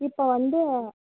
இப்போ வந்து